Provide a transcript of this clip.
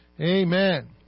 amen